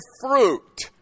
fruit